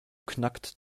knackt